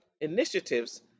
initiatives